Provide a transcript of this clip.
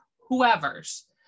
whoever's